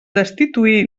destituir